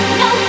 no